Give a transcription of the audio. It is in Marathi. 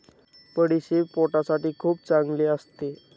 बडीशेप पोटासाठी खूप चांगली असते